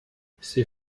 c’est